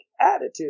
attitude